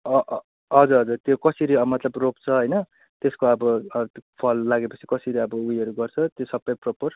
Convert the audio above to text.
हजुर हजुर त्यो कसरी अब मतलब रोप्छ होइन त्यसको अब फल लागेपछि कसरी अब उयोहरू गर्छ त्यो सबै प्रोपर